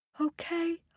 Okay